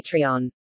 Patreon